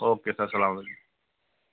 او کے sir سلام علیکُم